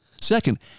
Second